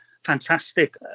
fantastic